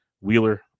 Wheeler